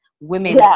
women